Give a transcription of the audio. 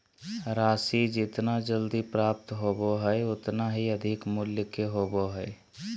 राशि जितना जल्दी प्राप्त होबो हइ उतना ही अधिक मूल्य के होबो हइ